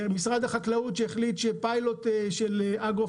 משרד החקלאות שהחליט שפיילוט של אגרו